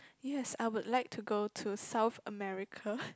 yes I would like to go to South America